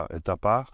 etapa